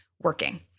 Working